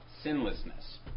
sinlessness